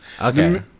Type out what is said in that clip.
Okay